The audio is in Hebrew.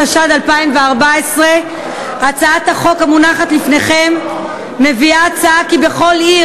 התשע"ד 2014. הצעת החוק המונחת לפניכם מציעה כי בכל עיר